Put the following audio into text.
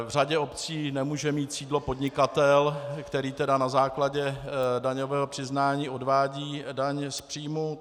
V řadě obcí nemůže mít sídlo podnikatel, který na základě daňového přiznání odvádí daň z příjmu.